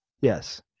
Yes